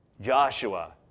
Joshua